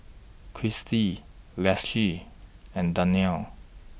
Chrissie Leticia and Darnell